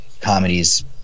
comedies